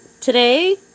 Today